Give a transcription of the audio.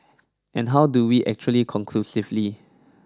and how do we actually conclusively